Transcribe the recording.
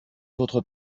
votre